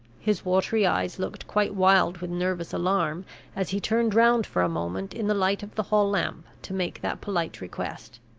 his watery eyes looked quite wild with nervous alarm as he turned round for a moment in the light of the hall lamp to make that polite request.